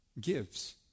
gives